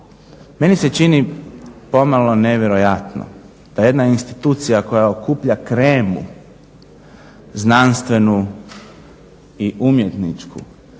Meni se čini pomalo nevjerojatno da jedna institucija koja okuplja kremu znanstvenu i umjetničku